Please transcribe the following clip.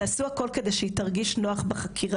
שיעשו הכל כדי שהיא תרגיש נוח בחקירה,